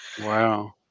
Wow